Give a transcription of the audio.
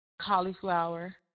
cauliflower